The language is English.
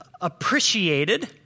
appreciated